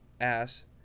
ass